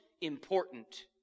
important